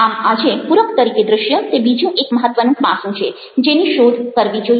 આમ આજે પૂરક તરીકે દ્રશ્ય તે બીજું એક મહત્વનું પાસું છે જેની શોધ કરવી જોઈએ